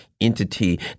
entity